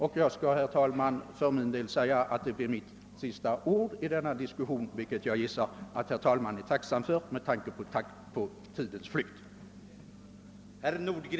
Detta blir, herr talman, mina sista ord i denna diskussion, vilket jag med tanke på tidens flykt gissar att herr talmannen är tacksam för.